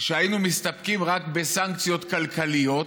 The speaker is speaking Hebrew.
שהיינו מסתפקים רק בסנקציות כלכליות.